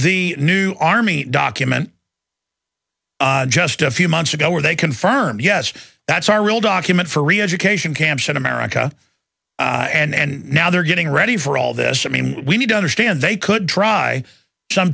the new army document just a few months ago where they confirmed yes that's our real document for reeducation camps in america and now they're getting ready for all this i mean we need to understand they could try some